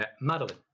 Madeline